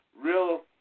real